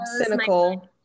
cynical